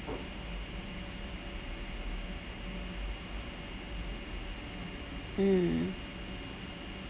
mm